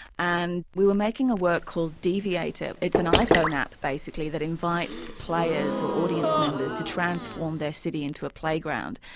and we were making a work called deviator, it's an iphone app basically that invites players or audience members to transform their city into a playground.